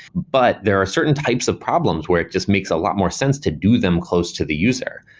but there are certain types of problems where it just makes a lot more sense to do them close to the user.